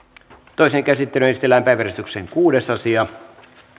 toiseen käsittelyyn esitellään päiväjärjestyksen kuudes asia